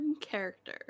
character